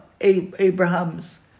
Abraham's